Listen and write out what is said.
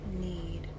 need